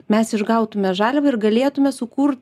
mes išgautume žaliavą ir galėtume sukurt